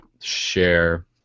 share